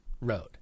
road